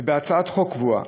בהצעת חוק קבועה.